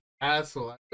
asshole